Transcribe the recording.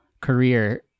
career